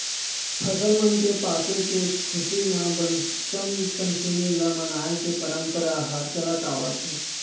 फसल मन के पाके के खुसी म बसंत पंचमी ल मनाए के परंपरा ह चलत आवत हे